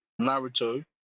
Naruto